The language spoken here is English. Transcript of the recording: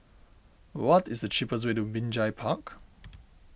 what is the cheapest way to Binjai Park